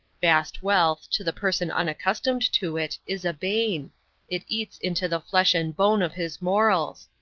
vast wealth, to the person unaccustomed to it, is a bane it eats into the flesh and bone of his morals.